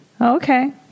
Okay